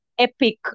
epic